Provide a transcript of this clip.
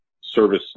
service